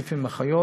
מוסיפים אחיות,